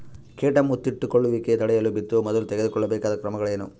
ಕೇಟ ಮುತ್ತಿಕೊಳ್ಳುವಿಕೆ ತಡೆಯಲು ಬಿತ್ತುವ ಮೊದಲು ತೆಗೆದುಕೊಳ್ಳಬೇಕಾದ ಕ್ರಮಗಳೇನು?